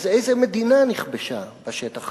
אז איזו מדינה נכבשה בשטח הזה?